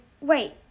wait